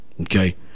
okay